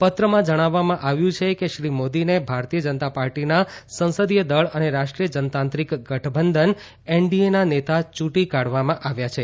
પત્રમાં જણાવવામાં આવ્યું છે કે શ્રી મોદીને ભારતીય જનતા પાર્ટીના સંસદીય દળ અને રાષ્ટ્રીય જનતાંત્રીક ગઠબંધન એનડીએના નેતા યુંટી કાઢવામાં આવ્યા છે